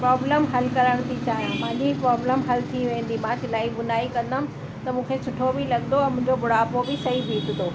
problem हल करण थी चाहियां मुंहिंजी प्रॉब्लम हल थी वेंदी मां सिलाई बुनाई कंदमि त मूंखे सुठो बि लॻंदो ऐं मुंहिंजो बुढापो बि सही बीतंदो